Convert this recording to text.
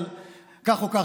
אבל כך או כך,